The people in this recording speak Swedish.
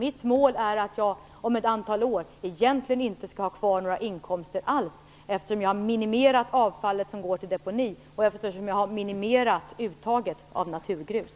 Mitt mål är att jag om ett antal år egentligen inte skall ha kvar några inkomster alls, eftersom jag har minimerat avfallet som skall deponeras och minimerat uttaget av naturgrus.